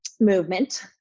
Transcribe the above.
movement